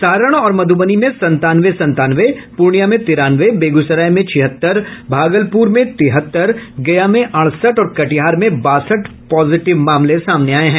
सारण और मध्रबनी में संतानवे संतानवे पूर्णिया में तिरानवे बेगूसराय में छिहत्तर भागलपुर में तिहत्तर गया में अड़सठ और कटिहार में बासठ पॉजिटिव मामले सामने आये हैं